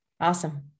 Awesome